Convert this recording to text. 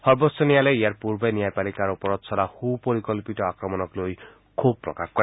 সৰ্বোচ্চ ন্যায়ালয়ে ইয়াৰ পূৰ্বে ন্যায়পালিকাৰ ওপৰত চলা সুপৰিকল্পিত আক্ৰমণক লৈ ক্ষোভ প্ৰকাশ কৰে